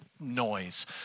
Noise